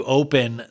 open